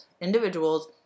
individuals